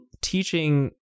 teaching